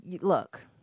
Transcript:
look